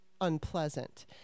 unpleasant